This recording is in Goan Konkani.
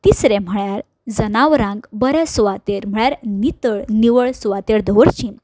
तिसरें म्हळ्यार जनावरांक बऱ्या सुवातेर म्हळ्यार नितळ निवळ सुवातेर दवरची